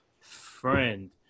friend